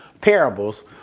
parables